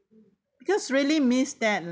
because really miss that leh